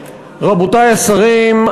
רבותי השרים,